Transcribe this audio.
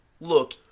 look